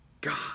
God